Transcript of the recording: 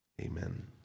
Amen